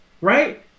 right